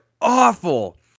awful